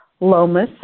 Lomas